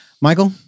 Michael